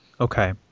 Okay